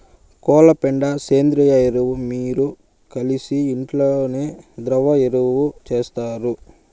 కోళ్ల పెండ సేంద్రియ ఎరువు మీరు కలిసి ఇంట్లోనే ద్రవ ఎరువు చేస్తారు